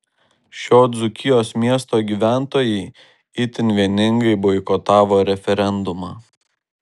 šio dzūkijos miesto gyventojai itin vieningai boikotavo referendumą